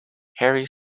harry